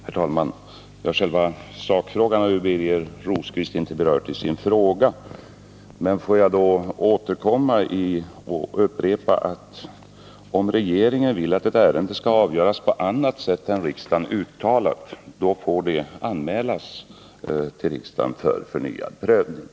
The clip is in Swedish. Herr talman! Själva sakfrågan har Birger Rosqvist inte berört i sin fråga. Men jag upprepar att om regeringen vill att ett ärende skall avgöras på annat sätt än vad riksdagen uttalat, så får det anmälas till riksdagen för förnyad prövning.